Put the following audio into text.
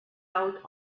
out